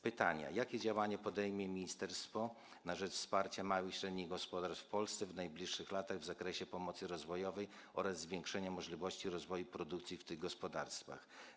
Pytania: Jakie działanie podejmie ministerstwo na rzecz wsparcia małych i średnich gospodarstw w Polsce w najbliższych latach w zakresie pomocy rozwojowej oraz zwiększenia możliwości rozwoju produkcji w tych gospodarstwach?